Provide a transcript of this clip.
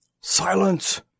Silence